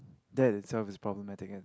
that itself is problematic and